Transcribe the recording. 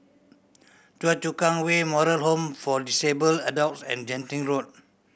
Choa Chu Kang Way Moral Home for Disabled Adults and Genting Road